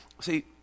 See